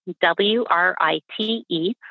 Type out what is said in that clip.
W-R-I-T-E